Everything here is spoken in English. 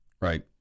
Right